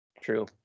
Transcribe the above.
True